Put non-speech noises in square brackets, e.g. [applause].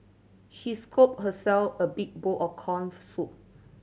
she scooped herself a big bowl of corn [unintelligible] soup